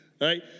right